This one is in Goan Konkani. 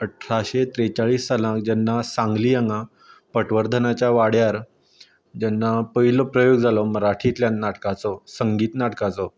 अठराशे त्रेचाळीस सालांत जेन्ना सांगली हांगा पठवर्धनाच्या वाड्यार जेन्ना पयलो प्रयोग जालो मराठीतल्यान नाटकाचो संगीत नाटकाचो